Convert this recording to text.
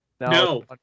No